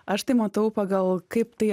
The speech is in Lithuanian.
aš tai matau pagal kaip tai